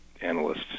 analysts